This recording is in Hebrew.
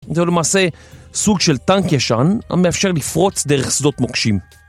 זה למעשה סוג של טנק ישן המאפשר לפרוץ דרך שדות מוקשים.